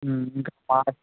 ఇంకా